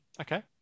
okay